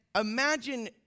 imagine